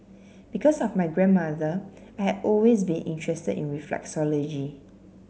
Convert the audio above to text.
because of my grandmother I had always been interested in reflexology